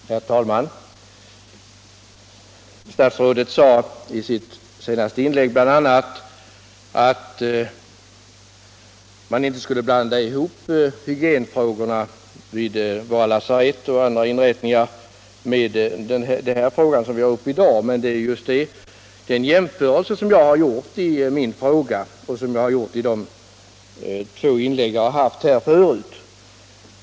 Herr talman! Statsrådet sade i sitt senaste inlägg bl.a. att man inte skulle blanda ihop hygienfrågorna vid våra lasarett och andra inrättningar med det ärende som vi har uppe i dag. Men det är just den jämförelsen som jag har gjort i min fråga och i mina tidigare inlägg.